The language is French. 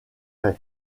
ray